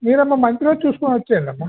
మీరు అమ్మ మంచి రోజు చూసుకొని వచ్చేయండి అమ్మా